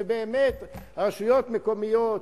שבאמת הרשויות המקומיות,